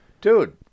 Dude